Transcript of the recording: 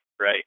right